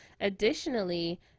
Additionally